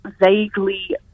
vaguely